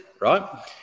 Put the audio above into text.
right